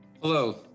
Hello